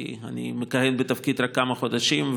כי אני מכהן בתפקיד רק כמה חודשים,